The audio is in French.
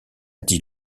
dit